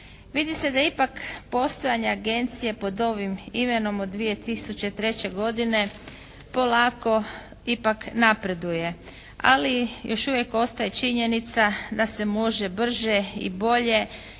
Vidi se da ipak postojanje agencije pod ovim imenom od 2003. godine polako ipak napreduje, ali još uvijek ostaje činjenica da se može brže i bolje